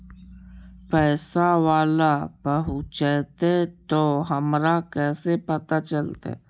पैसा बाला पहूंचतै तौ हमरा कैसे पता चलतै?